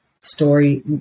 story